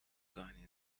going